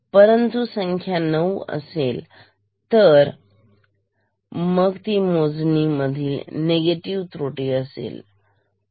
परंतु संख्या 9 असेलतर मग ती मोजणी मधील निगेटिव्ह त्रुटी असेल